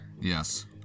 Yes